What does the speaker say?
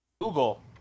Google